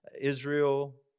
Israel